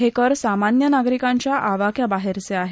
हे कर सामान्य नागरिकांच्या आवाक्याबाहेरचे आहेत